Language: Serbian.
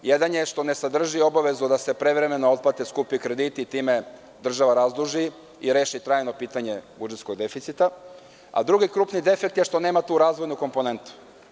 Jedan je što ne sadrži obavezu da se prevremeno otplate skupi krediti i time država razduži i reši trajno pitanje budžetskog deficita, a drugi krupni defekt je što nema tu razumnu komponentu.